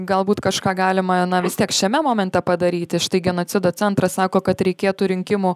galbūt kažką galima na vis tiek šiame momente padaryti štai genocido centras sako kad reikėtų rinkimų